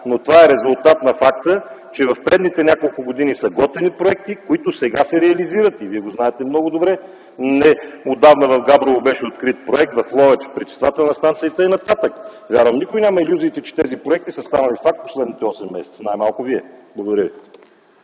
но това е резултат на факта, че в предишните няколко години са готвени проекти, които сега се реализират. Вие знаете много добре това. Неотдавна в Габрово беше открит проект, в Ловеч – пречиствателна станция, и така нататък. Вярвам, че никой няма илюзии, че тези проекти са станали факт през последните осем месеца, най-малко Вие. Благодаря ви.